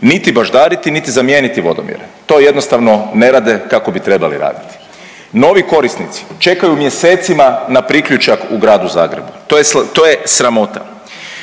niti baždariti niti zamijeniti vodomjere, to jednostavno ne rade kako bi trebali raditi. Novi korisnici čekaju mjesecima na priključak u gradu Zagrebu, to je sramota.